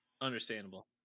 Understandable